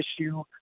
issue